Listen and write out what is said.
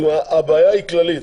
הבעיה היא כללית.